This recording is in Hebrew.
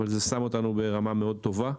אבל זה שם אותנו ברמה מאוד טובה.